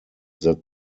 that